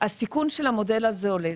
הסיכון של המודל הזה עולה.